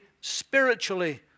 spiritually